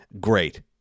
great